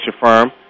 firm